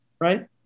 right